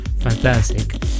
Fantastic